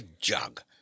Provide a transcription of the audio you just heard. jug